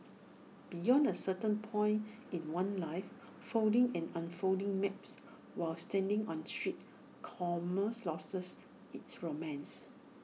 beyond A certain point in one's life folding and unfolding maps while standing on street loses its romance